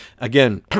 again